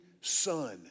son